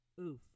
Oof